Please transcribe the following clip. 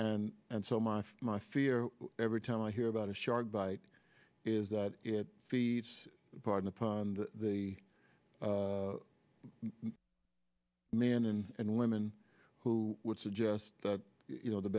and and so my my fear every time i hear about a shark bite is that it feeds pardon the pun and the men and women who would suggest that you know the